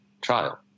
trial